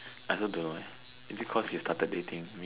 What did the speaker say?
I also don't know eh is it cause you started dating me